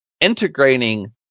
integrating